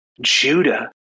Judah